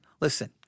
Listen